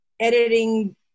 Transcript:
Editing